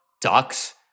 ducks